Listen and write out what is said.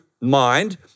mind